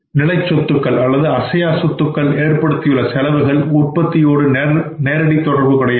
நிலைச் அசையா சொத்துக்கள் ஏற்படுத்தியுள்ள செலவுகள் உற்பத்தியோடு நேரடி தொடர்பு கிடையாது